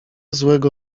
złego